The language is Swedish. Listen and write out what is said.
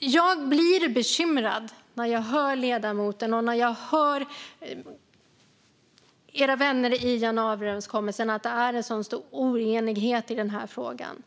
Jag blir bekymrad när jag hör på ledamoten och Socialdemokraternas vänner i januariöverenskommelsen att det råder stor oenighet i den här frågan.